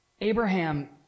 Abraham